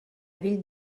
ville